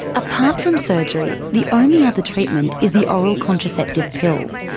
apart from surgery, the only other treatment is the oral contraceptive pill,